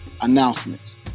announcements